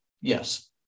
yes